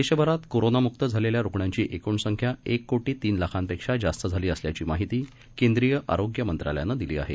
देशभरात कोरोनामुक्त झालेल्या रुग्णांची एकूण संख्या एक कोटी तीन लाखापेक्षा जास्त झाली असल्याची माहिती केंद्रीय आरोग्य मंत्रालयानं दिली आहे